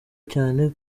cyane